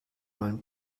neuen